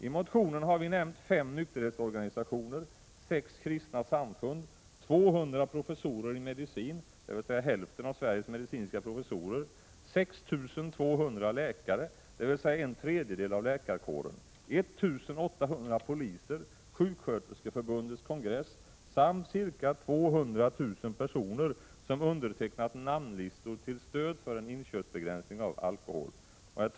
I motionen har vi nämnt fem nykterhetsorganisationer, sex kristna samfund, 200 professorer i medicin , 6 200 läkare , 1 800 poliser, Sjuksköterskeförbundets kongress samt ca 200 000 personer, som undertecknat namnlistor till stöd för en inköpsbegränsning av alkohol.